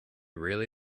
really